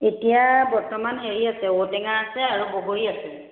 এতিয়া বৰ্তমান হেৰি আছে ঔটেঙা আছে আৰু বগৰী আছে